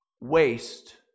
Waste